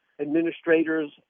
administrators